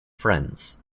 friends